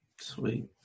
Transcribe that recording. Sweet